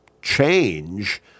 change